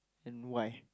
and why